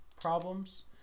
problems